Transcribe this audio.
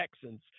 Texans